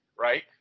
right